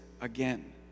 again